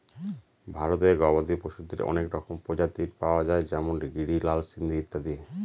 ভারতে গবাদি পশুদের অনেক রকমের প্রজাতি পাওয়া যায় যেমন গিরি, লাল সিন্ধি ইত্যাদি